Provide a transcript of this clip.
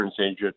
agent